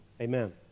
Amen